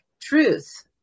truth